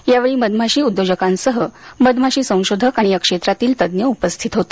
यावेळी मधमाशी उद्योजकांसह मधमाशी संशोधक आणि या क्षेत्रातील तज्ञ उपस्थित होते